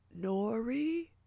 nori